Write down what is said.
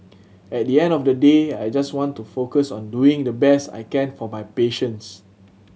at the end of the day I just want to focus on doing the best I can for my patients